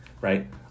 right